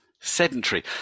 sedentary